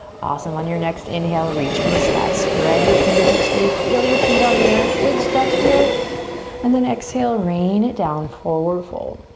awesome, on your next inhale, reach for the sky. spread your fingertips, really feel your feet on the earth, big stretch here and then exhale rain it down, forward fold.